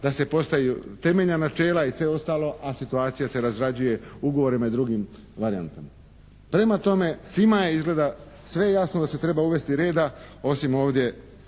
da se postaju temeljna načela i sve ostalo, a situacija se razrađuje ugovorima i drugim varijantama. Prema tome, svima je izgleda sve jasno da se treba uzeti reda osim ovdje